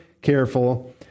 careful